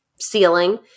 ceiling